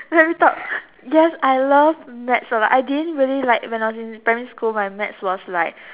let me talk yes I love maths a lot I didn't really like when I was in primary school my maths was like